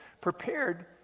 prepared